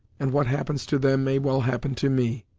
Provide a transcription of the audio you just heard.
and what happens to them may well happen to me.